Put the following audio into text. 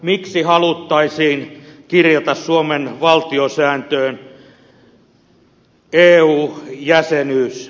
miksi haluttaisiin kirjata suomen valtiosääntöön eu jäsenyys